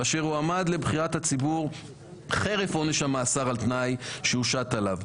ואשר הועמד לבחירת הציבור חרף עונש המאסר על תנאי שהושת עליו.